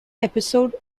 episode